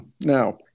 now